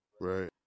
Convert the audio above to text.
Right